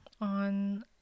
on